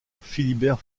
philibert